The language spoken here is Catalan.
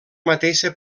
mateixa